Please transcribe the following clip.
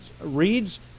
reads